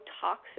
toxic